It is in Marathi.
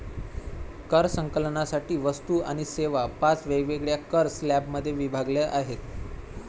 कर संकलनासाठी वस्तू आणि सेवा पाच वेगवेगळ्या कर स्लॅबमध्ये विभागल्या आहेत